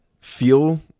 feel